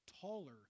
taller